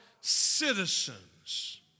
Citizens